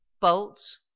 bolts